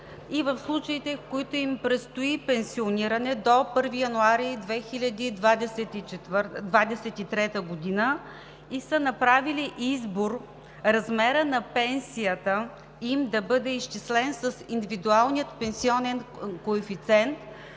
в случаите, в които им предстои пенсиониране до 1 януари 2023 г., направили са избор размерът на пенсията им да бъде изчислен с индивидуалния пенсионен коефициент